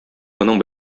моның